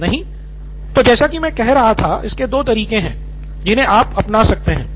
professor तो जैसा की मैं कह रहा था इसके दो तरीके हैं जिन्हे हम अपना सकते हैं